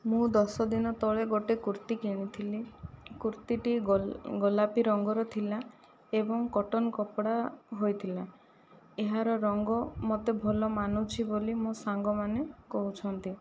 ମୁଁ ଦଶ ଦିନ ତଳେ ଗୋଟିଏ କୁର୍ତ୍ତୀ କିଣିଥିଲି କୁର୍ତ୍ତୀଟି ଗ ଗୋଲାପି ରଙ୍ଗର ଥିଲା ଏବଂ କଟନ୍ କପଡ଼ା ହୋଇଥିଲା ଏହାର ରଙ୍ଗ ମୋତେ ଭଲ ମାନୁଛି ବୋଲି ମୋ ସାଙ୍ଗମାନେ କହୁଛନ୍ତି